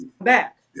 back